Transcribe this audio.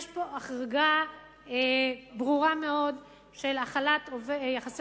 יש פה החרגה ברורה מאוד של החלת יחסי